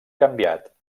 canviat